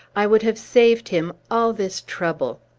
i would have saved him all this trouble.